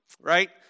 right